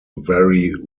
vary